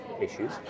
issues